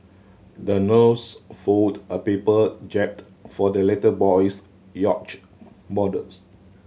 the nurse folded a paper jib for the little boy's yacht models